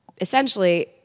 essentially